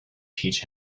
teach